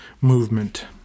movement